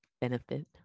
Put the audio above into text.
benefit